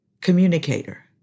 communicator